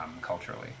culturally